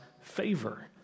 favor